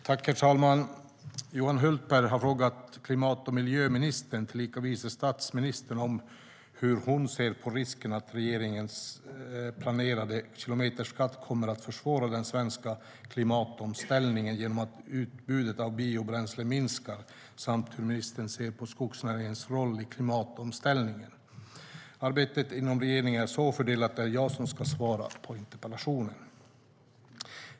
Herr talman! Johan Hultberg har frågat klimat och miljöministern tillika vice statsministern hur hon ser på risken att regeringens planerade kilometerskatt kommer att försvåra den svenska klimatomställningen genom att utbudet av biobränsle minskar samt hur ministern ser på skogsnäringens roll i klimatomställningen. Arbetet inom regeringen är så fördelat att det är jag som ska svara på interpellationen.